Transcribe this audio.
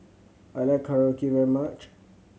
I like Korokke very much